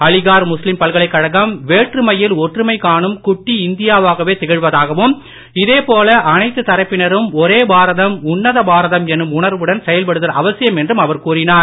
அலிகார் முஸ்லீம் பல்கலைக் கழகம் வேற்றுமையில் ஒற்றுமை காணும் குட்டி இந்தியாவாகவே திகழ்வதாகவும் இதே போல அனைத்து தரப்பினரும் ஒரே பாரதம் உன்னத பாரதம் என்னும் உணர்வுடன் செயல்படுதல் அவசியம் என்றும் அவர் கூறினார்